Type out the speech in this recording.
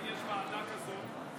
אם יש ועדה כזאת,